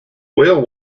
whale